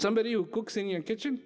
somebody who cooks in your kitchen